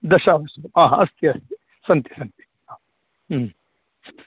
दश हा अस्ति अस्ति सन्ति सन्ति आम्